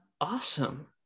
awesome